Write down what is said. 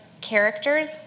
characters